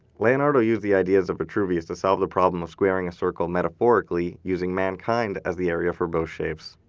leonardo used the ideas of vitruvius to solve the problem of squaring a circle metaphorically using mankind as the area for both shapes.